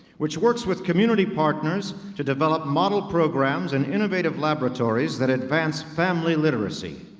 which works with community partners to develop model programs, and innovative laboratories that advance family literacy.